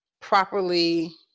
properly